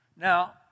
Now